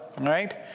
right